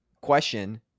question